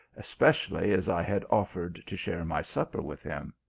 especially as i had offered to share my supper with him.